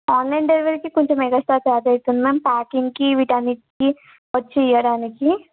online డెలివరీకి కొంచెం extra charge అవుతుంది మ్యామ్ ప్యాకింగ్కి వీటన్నిటికీ వచ్చి ఇయ్యడానికి